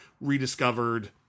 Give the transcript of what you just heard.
Rediscovered